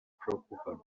preocupen